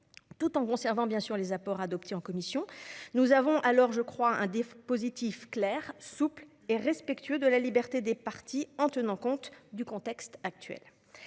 tout en conservant les apports adoptés en commission. Nous avons ainsi un dispositif clair, souple, respectueux de la liberté des parties et tenant compte du contexte actuel.